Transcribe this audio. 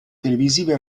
televisive